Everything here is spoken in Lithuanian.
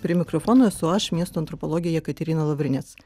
prie mikrofono esu aš miesto antropologė jekaterina lavrinec